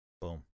boom